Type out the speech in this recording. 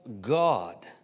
God